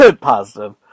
Positive